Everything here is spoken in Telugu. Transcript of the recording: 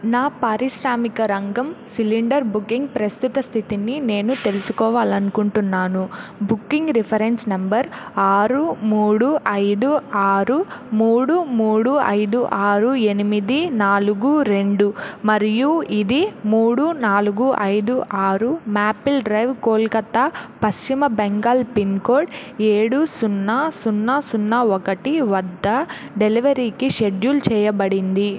నా పారిశ్రామిక రంగం సిలిండర్ బుకింగ్ ప్రస్తుత స్థితిని నేను తెలుసుకోవాలి అనుకుంటున్నాను బుకింగ్ రిఫరెన్స్ నంబర్ ఆరు మూడు ఐదు ఆరు మూడు మూడు ఐదు ఆరు ఎనిమిది నాలుగు రెండు మరియు ఇది మూడు నాలుగు ఐదు ఆరు మాపిల్ డ్రైవ్ కోల్కతా పశ్చిమ బెంగాల్ పిన్కోడ్ ఏడు సున్నా సున్నా సున్నా ఒకటి వద్ద డెలివరీకి షెడ్యూల్ చేయబడింది